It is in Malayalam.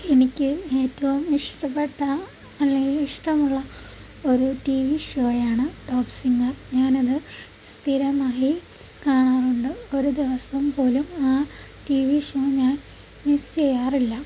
എനിക്ക് എറ്റവും ഇഷ്ടപ്പെട്ട അല്ലെങ്കിൽ ഇഷ്ടമുളള ഒരു ടി വി ഷോ ആണ് ടോപ്പ് സിംഗർ ഞാനത് സ്ഥിരമായി കാണാറുണ്ട് ഒരു ദിവസം പോലും ആ ടി വി ഷോ ഞാൻ മിസ് ചെയ്യാറില്ല